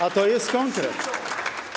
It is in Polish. A to jest konkret.